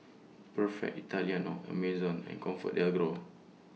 Perfect Italiano Amazon and ComfortDelGro